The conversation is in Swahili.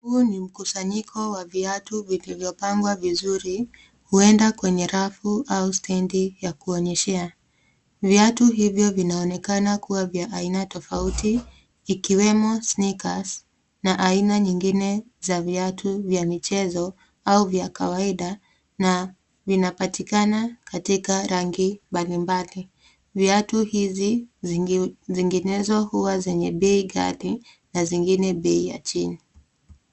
Huu ni mkusanyiko wa viatu uliopangwa vizuri huenda kwenye rafu au stendi ya kuonyeshea. Viatu hivyo vinaonekana kua vya aina tofauti ikiwemo sneakers na aina nyingine ya viatu ya michezo au vya kawaida na vinapatikana katika rangi mbali mbali. Viatu hizi zinginezo hua zenye bei ghali na zingine bei ya chini.